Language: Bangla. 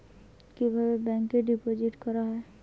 কিভাবে ব্যাংকে ডিপোজিট করা হয়?